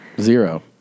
Zero